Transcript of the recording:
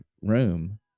room